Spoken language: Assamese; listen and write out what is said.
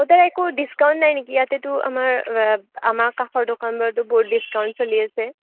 ইয়াতে একো ডিছকাউণ্ট নাই নেকি ইয়াতেতো আমাৰ আমাৰ কাষৰ দোকানবোৰততো বহুত ডিছকাউণ্ট চলি আছে